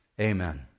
Amen